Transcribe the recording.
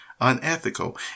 unethical